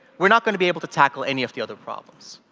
we're not going to be able to tackle any of the other problems.